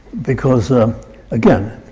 because again,